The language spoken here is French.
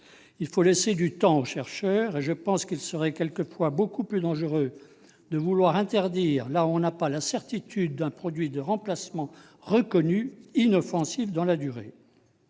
Il faut laisser du temps aux chercheurs. Selon moi, il serait parfois beaucoup plus dangereux d'interdire là où on n'a pas la certitude d'un produit de remplacement reconnu inoffensif dans la durée.